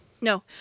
No